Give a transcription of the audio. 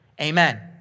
amen